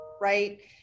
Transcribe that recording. right